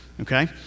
Okay